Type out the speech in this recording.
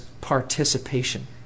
participation